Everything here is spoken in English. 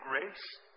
grace